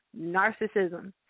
Narcissism